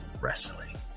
wrestling